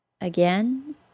Again